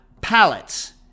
pallets